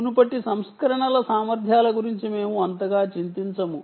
మునుపటి సంస్కరణల సామర్థ్యాల గురించి మేము అంతగా చింతించము